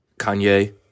Kanye